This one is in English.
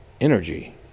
energy